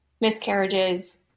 miscarriages